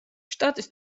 შტატის